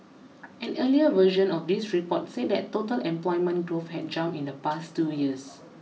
an earlier version of this report said total employment growth had jumped in the past two years